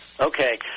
Okay